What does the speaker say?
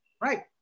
Right